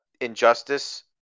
Injustice